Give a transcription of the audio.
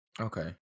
Okay